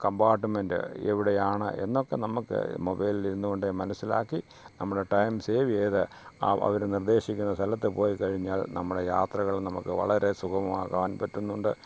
compartment എവിടെയാണ് എന്നൊക്കെ നമ്മൾക്ക് മൊബൈലിൽ നിന്നുകൊണ്ട് മനസ്സിലാക്കി നമ്മുടെ ടൈം സേവ് ചെയ്ത് അവർ നിർദേശിക്കുന്ന സ്ഥലത്ത് പോയിക്കഴിഞ്ഞാൽ നമ്മുടെ യാത്രകൾ നമ്മുക്ക് വളരെ സുഗമമാക്കാൻ പറ്റുന്നുണ്ട്